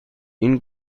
این